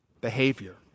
behavior